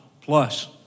plus